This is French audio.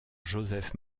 joseph